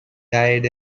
died